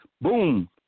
Boom